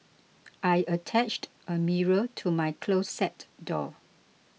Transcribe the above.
I attached a mirror to my closet door